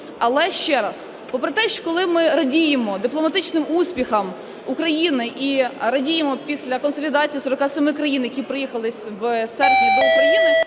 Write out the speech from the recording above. Але, ще раз, попри те, коли ми радіємо дипломатичним успіхам України і радіємо після консолідації 47 країн, які приїхали в серпні до України,